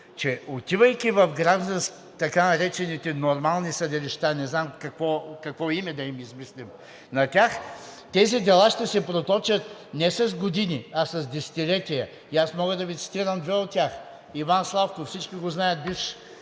че отивайки в така наречените нормални съдилища, не знам какво име да им измислим на тях, тези дела ще се проточат не с години, а с десетилетия. И аз мога да Ви цитирам две от тях: Иван Славков, всички го знаят, бивш